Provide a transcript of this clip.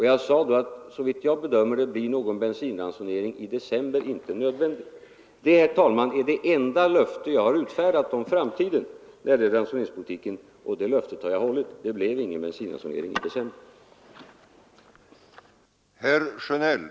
Jag sade då, att som jag bedömer det blir någon bensinransonering i december inte nödvändig. Det är det enda löfte jag har utfärdat om framtidens ransoneringspolitik, och det löftet har jag hållit. Det blev ingen bensinransonering i december.